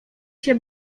się